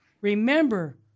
Remember